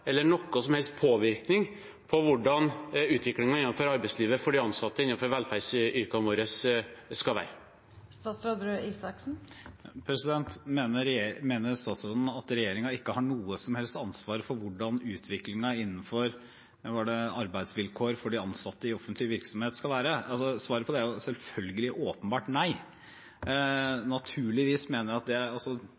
eller noen som helst påvirkning på hvordan utviklingen innenfor arbeidslivet for de ansatte innenfor velferdsyrkene våre skal være? Mener statsråden at regjeringen ikke har noe som helst ansvar for hvordan utviklingen innenfor arbeidsvilkår for de ansatte i offentlig virksomhet skal være? Svaret på det er selvfølgelig åpenbart nei.